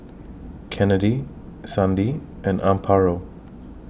Kennedi Sandi and Amparo